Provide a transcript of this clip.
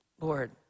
Lord